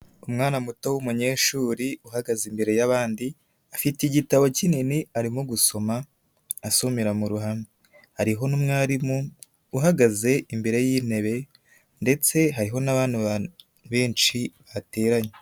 Umwana muto w'umunyeshuri uhagaze imbere yabandi, afite igitabo kinini arimo gusoma, asomera mu ruhame. Hariho n'umwarimu uhagaze imbere y'intebe ndetse hariho n'abandi bantu benshi bateranye.